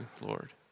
Lord